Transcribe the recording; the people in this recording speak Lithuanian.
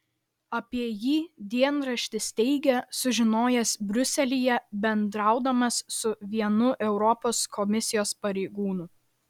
apie jį dienraštis teigia sužinojęs briuselyje bendraudamas su vienu europos komisijos pareigūnu